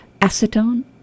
Acetone